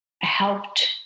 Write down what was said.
helped